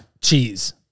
Cheese